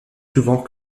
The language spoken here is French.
souvent